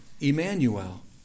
Emmanuel